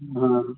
ହଁ ହଁ